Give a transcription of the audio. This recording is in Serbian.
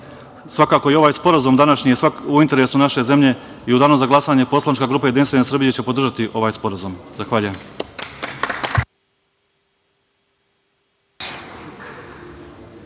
i ovaj sporazum današnji u interesu naše zemlje i u danu za glasanje poslanička grupa Jedinstvene Srbije će podržati ovaj sporazum. Zahvaljujem.